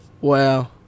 wow